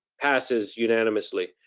passes unanimously.